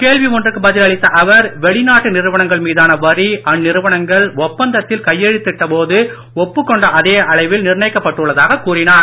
கேள்வி ஒன்றுக்கு பதில் அளித்த அவர் வெளிநாட்டு நிறுவனங்கள் மீதான வரி அந்நிறுவனங்கள் ஒப்பந்தத்தில் கையெழுத்திட்ட போது ஒப்புக் கொண்ட அதே அளவில் நிர்ணயிக்கப்பட்டுள்ளதாக கூறினார்